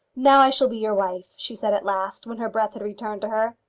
now i shall be your wife, she said at last, when her breath had returned to her.